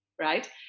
right